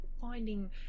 finding